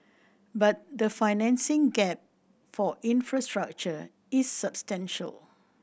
but the financing gap for infrastructure is substantial